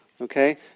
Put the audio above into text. okay